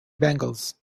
bengals